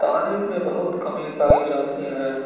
تعلیم میں بہت کمی پائی جاتی ہے